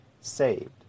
saved